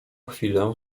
chwilę